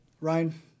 Ryan